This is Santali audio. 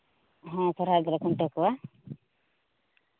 ᱦᱚᱸ ᱥᱚᱨᱦᱟᱭ ᱨᱮᱫᱚᱞᱮ ᱠᱷᱩᱱᱴᱟᱹᱣ ᱠᱚᱣᱟ